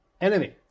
enemy